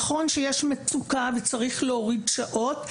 זה נכון שיש מצוקה ושצריך להוריד שעות,